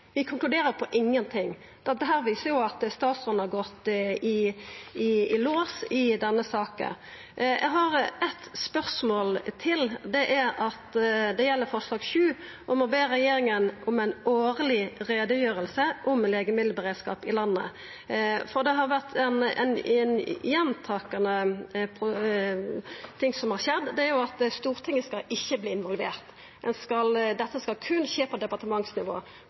konkluderer på ingenting. Dette viser jo at statsråden har gått i lås i denne saka. Eg har eit spørsmål til, og det gjeld forslag nr. 7, om å be regjeringa om ei årleg utgreiing om legemiddelberedskapen i landet. Noko som har skjedd fleire gonger, er at Stortinget ikkje har vorte involvert – dette skal berre skje på departementsnivå. Kvifor vil ikkje statsråden informera Stortinget